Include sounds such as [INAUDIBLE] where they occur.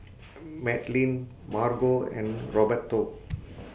[NOISE] Madlyn Margo and Roberto